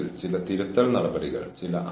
നിങ്ങൾ ഒരു തെറാപ്പിസ്റ്റല്ല